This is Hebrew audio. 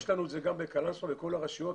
יש לנו גם בקלנסואה ובכל הרשויות.